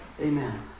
Amen